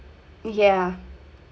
yeah